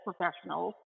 professionals